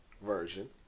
version